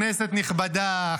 כנסת נכבדה,